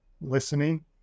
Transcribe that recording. listening